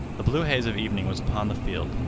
the blue haze of evening was upon the field.